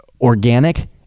organic